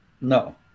No